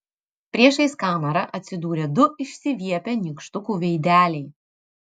priešais kamerą atsidūrė du išsiviepę nykštukų veideliai